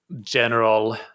general